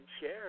share